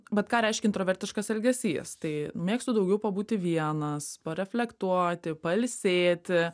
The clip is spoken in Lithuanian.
bet ką reiškia introvertiškas elgesys tai mėgstu daugiau pabūti vienas pareflektuoti pailsėti